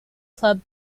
club